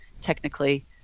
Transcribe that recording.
technically